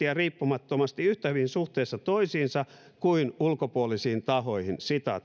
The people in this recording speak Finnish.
ja riippumattomasti yhtä hyvin suhteessa toisiinsa kuin ulkopuolisiin tahoihin